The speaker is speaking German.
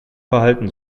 verhalten